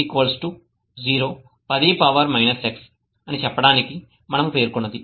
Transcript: F 0 10 6 అని చెప్పడానికి మనము పేర్కొన్నది